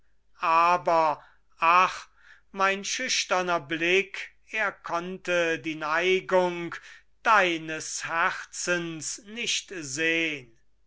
aber ach mein schüchterner blick er konnte die neigung deines herzens nicht sehn